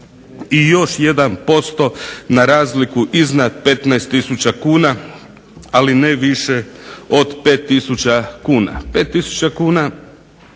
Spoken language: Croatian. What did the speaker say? posto na razliku iznad 15000 kuna ali ne više od 5000 kuna.